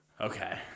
Okay